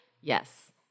Yes